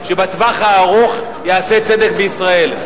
שבטווח הארוך יעשה צדק בישראל.